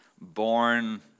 born